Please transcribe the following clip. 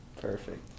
Perfect